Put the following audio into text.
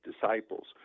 disciples